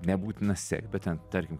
nebūtina sekt bet ten tarkim